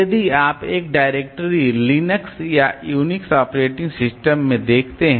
यदि आप एक डायरेक्टरी लिस्टिंग या यूनिक्स ऑपरेटिंग सिस्टम में देखते हैं